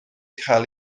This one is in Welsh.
cael